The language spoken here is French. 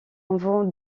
vent